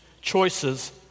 choices